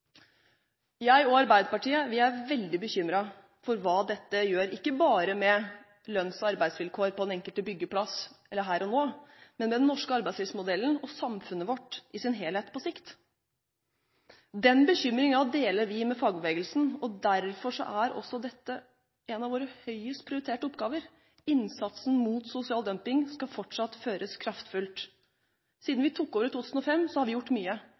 Jeg og Arbeiderpartiet er veldig bekymret for hva dette gjør, ikke bare med lønns- og arbeidsvilkår på den enkelte byggeplass eller her og nå, men også med den norske arbeidslivsmodellen og samfunnet vårt i sin helhet på sikt. Den bekymringen deler vi med fagbevegelsen, og derfor er dette en av våre høyest prioriterte oppgaver. Innsatsen mot sosial dumping skal fortsatt føres kraftfullt. Siden vi tok over i 2005, har vi gjort mye.